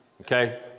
okay